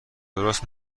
درست